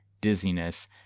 dizziness